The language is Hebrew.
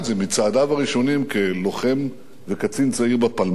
מצעדיו הראשונים כלוחם וקצין צעיר בפלמ"ח